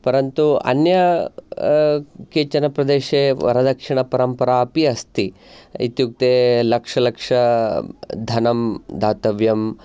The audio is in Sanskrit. परन्तु अन्य केचन प्रदेशे वरदक्षिणपरम्परा अपि अस्ति इत्युक्ते लक्षलक्षधनं दातव्यम्